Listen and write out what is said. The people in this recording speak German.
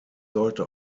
sollte